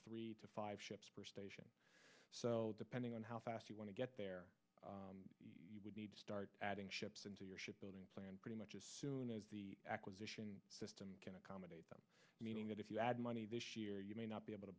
three to five ships per station so depending on how fast you want to get there you would need to start adding ships into your ship building plant pretty much as soon as the acquisition system can accommodate them meaning that if you add money this year you may not be able to